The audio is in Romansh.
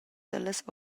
dallas